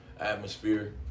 atmosphere